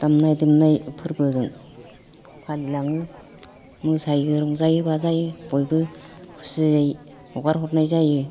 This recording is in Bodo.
दामनाय देनाय फोरबो फालिलाङो मोसायो रंजायो बाजायो बयबो खुसियै हगार हरनाय जायो